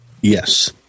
Yes